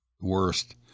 worst